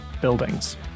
Buildings